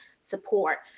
support